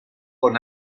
con